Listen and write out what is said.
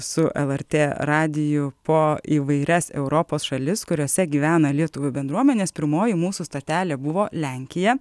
su lrt radiju po įvairias europos šalis kuriose gyvena lietuvių bendruomenės pirmoji mūsų stotelė buvo lenkija